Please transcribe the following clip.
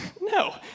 No